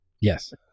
Yes